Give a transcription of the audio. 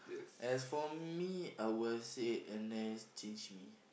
as for me I will say N_S change me